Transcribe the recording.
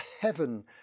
heaven